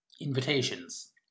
invitations